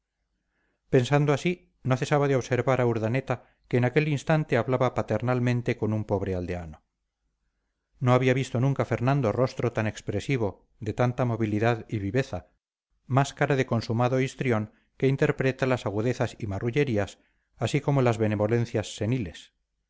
pensando así no cesaba de observar a urdaneta que en aquel instante hablaba paternalmente con un pobre aldeano no había visto nunca fernando rostro tan expresivo de tanta movilidad y viveza máscara de consumado histrión que interpreta las agudezas y marrullerías así como las benevolencias seniles